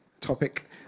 topic